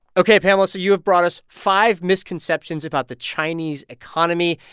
ok. pamela, so you have brought us five misconceptions about the chinese economy.